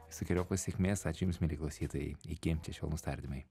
visokeriopos sėkmės ačiū jums mieli klausytojai iki čia švelnūs tardymai